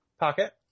pocket